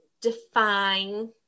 define